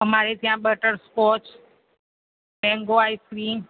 અમારે ત્યાં butterscotch mango ice cream